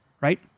Right